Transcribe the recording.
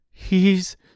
He's